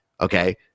Okay